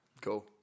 cool